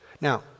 Now